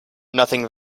nothing